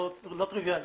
לא טריוויאלי,